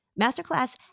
Masterclass